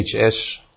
Hs